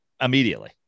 immediately